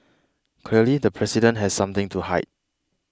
clearly the president has something to hide